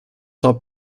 saw